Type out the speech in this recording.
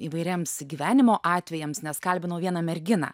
įvairiems gyvenimo atvejams nes kalbinau vieną merginą